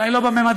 אולי לא בממדים,